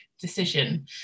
decision